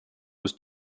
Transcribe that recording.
was